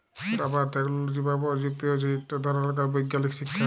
rubber technology বা পরযুক্তি হছে ইকট ধরলকার বৈগ্যালিক শিখ্খা